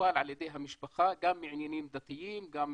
טופל על-ידי המשפחה, גם מעניינים דתיים וגם